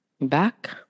Back